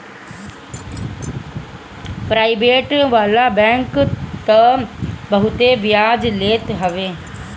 private वाला bank तअ बहुते बियाज लेत हवे